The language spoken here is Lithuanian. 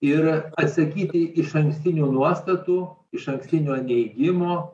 ir atsakyti išankstinių nuostatų išankstinio neigimo